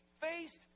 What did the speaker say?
faced